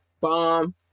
bomb